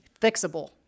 Fixable